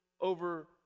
over